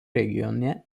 regione